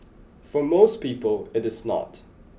for most people it is not